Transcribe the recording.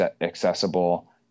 accessible